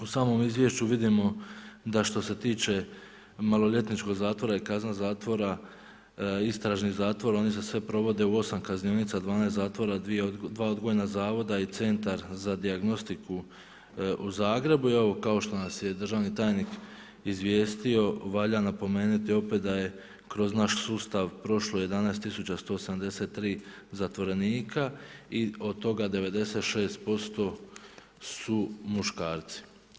U samom izvješću vidimo dašto se tiče maloljetničkog zatvora i kaznenog zatvora, istražni zatvor, oni se sve provode u 8 kaznionica, 12 zatvora, 2 odgojna zavoda i Centar za dijagnostiku u Zagrebu i evo kao što nas državni tajnik izvijestio, valja napomenuti opet da je kroz naš sustav prošlo 11 183 zatvorenika i od toga 96% su muškarci.